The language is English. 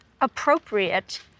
appropriate